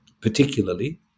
particularly